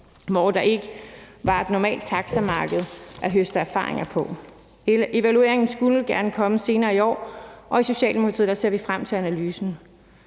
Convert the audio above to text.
hvor der ikke var et normalt taxamarked at høste erfaringer på. Evalueringen skulle gerne komme senere i år, og i Socialdemokratiet ser vi frem til analysen.